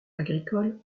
agricole